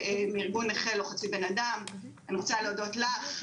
מארגון "נכה לא חצי בן-אדם"; אני רוצה להודות לך,